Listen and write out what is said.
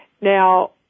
Now